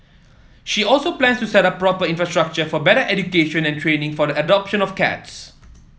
she also plans to set up proper infrastructure for better education and training for the adoption of cats